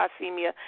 hypoglycemia